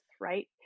right